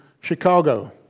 Chicago